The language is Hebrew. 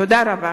תודה רבה.